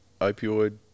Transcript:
opioid